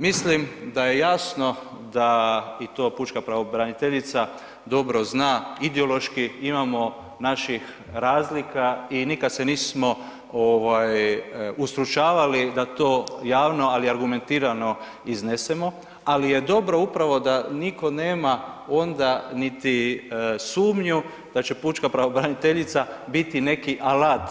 Mislim da je jasno da i to pučka pravobraniteljica dobro zna, ideološki imamo naših razlika i nikad se nismo ustručavali da to javno, ali argumentiramo iznesemo, ali je dobro upravo da nitko nema niti sumnju da će pučka pravobraniteljica biti neki alat